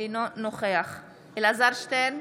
אינו נוכח אלעזר שטרן,